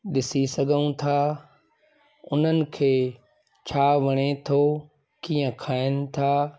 ॾिसी सघूं था उन्हनि खे छा वणे थो कीअं खाइन था